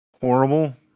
horrible